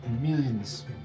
Millions